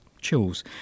chills